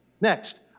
Next